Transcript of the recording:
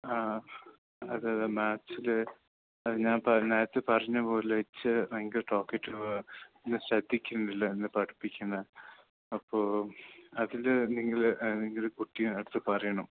ആ അതേയതേ മാത്സ്ല് ഞാൻ പറഞ്ഞ നേരത്തേ പറഞ്ഞപോലെ ഇച്ചിരി ഭയങ്കര ടോക്കെറ്റീവാ ഒന്നും ശ്രദ്ധിക്കുന്നില്ല ഇന്ന് പഠിപ്പിക്കുന്ന അപ്പോൾ അതിൽ നിങ്ങൾ നിങ്ങൾ കുട്ടിയുടെ അടുത്ത് പറയണം